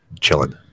Chilling